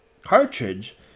cartridge